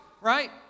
right